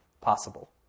possible